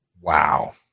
Wow